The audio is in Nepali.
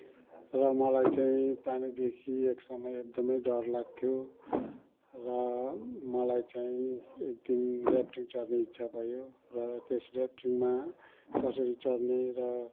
र मलाई चाहिँ पानीदेखि एक समय एकदमै डर लाग्थ्यो र मलाई चाहिँ एक दिन राफ्टिङ चढने इच्छा भयो र त्यस राफ्टिङमा कसरी चढ्ने र